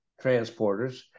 transporters